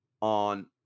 on